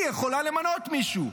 היא יכולה למנות מישהו?